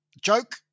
joke